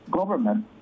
government